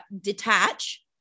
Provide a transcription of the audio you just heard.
detach